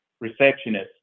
receptionist